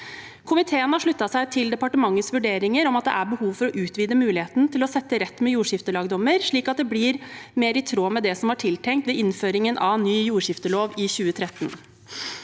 Komiteen har sluttet seg til departementets vurderinger om at det er behov for å utvide muligheten til å sette rett med jordskiftelagdommer, slik at det blir mer i tråd med det som var tiltenkt ved innføringen av ny jordskiftelov i 2013.